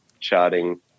charting